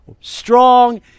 strong